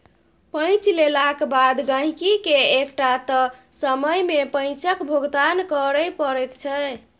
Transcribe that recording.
पैंच लेलाक बाद गहिंकीकेँ एकटा तय समय मे पैंचक भुगतान करय पड़ैत छै